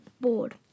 board